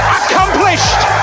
accomplished